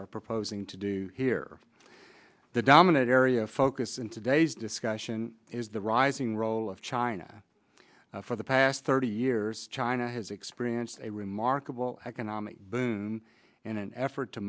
are proposing to do here the dominant area of focus in today's discussion is the rising role of china for the past thirty years china has experienced a remarkable economic boom in an effort to